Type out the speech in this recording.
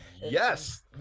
Yes